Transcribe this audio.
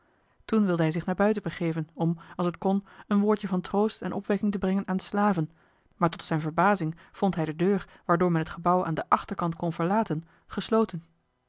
toen wilde hij zich naar buiten begeven om als het kon een woordje van troost en opwekking te brengen aan de slaven maar tot zijn verbazing vond hij de deur waardoor men het gebouw aan den achterkant kon verlaten gesloten